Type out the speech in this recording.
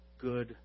good